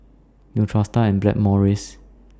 Neostrata and Blackmores